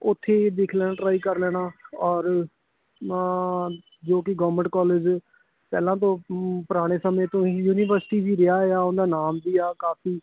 ਉੱਥੇ ਦੇਖ ਲੈਣਾ ਟਰਾਈ ਕਰ ਲੈਣਾ ਔਰ ਜੋ ਕਿ ਗੌਰਮੈਂਟ ਕਾਲਜ ਪਹਿਲਾਂ ਤੋਂ ਪੁਰਾਣੇ ਸਮੇਂ ਤੋਂ ਯੂਨੀਵਰਸਿਟੀ ਵੀ ਰਿਹਾ ਆ ਉਹਨਾਂ ਦਾ ਨਾਮ ਵੀ ਆ ਕਾਫੀ